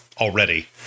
Already